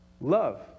love